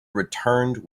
returned